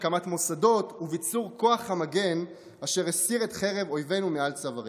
הקמת מוסדות וביצור כוח המגן אשר הסיר את חרב אויבינו מעל צווארנו.